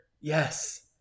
Yes